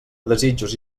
desitjos